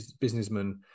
businessman